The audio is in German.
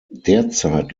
derzeit